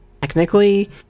technically